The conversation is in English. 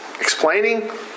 explaining